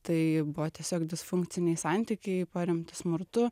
tai buvo tiesiog disfunkciniai santykiai paremti smurtu